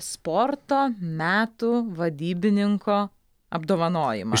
sporto metų vadybininko apdovanojimą